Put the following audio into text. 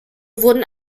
wurden